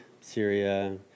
Syria